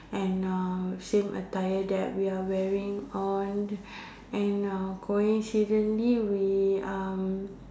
and uh same attire that we are wearing on and uh coincidentally we uh